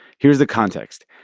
here's the context.